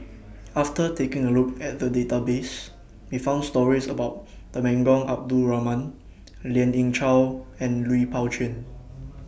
after taking A Look At The Database We found stories about Temenggong Abdul Rahman Lien Ying Chow and Lui Pao Chuen